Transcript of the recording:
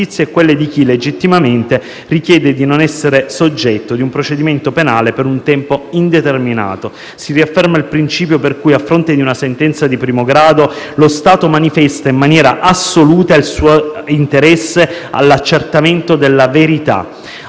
e quelle di chi legittimamente richiede di non essere soggetto di un procedimento penale per un tempo indeterminato. Si riafferma il principio per cui, a fronte di una sentenza di primo grado, lo Stato manifesta in maniera assoluta il suo interesse all'accertamento della verità.